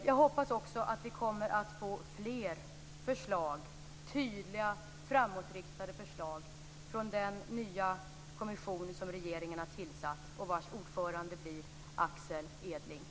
Jag hoppas också att vi kommer att få fler tydliga, framåtriktade förslag från den kommission som regeringen har tillsatt och vars ordförande blir Axel Edling.